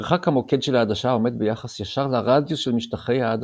מרחק המוקד של העדשה עומד ביחס ישר לרדיוס של משטחי העדשה.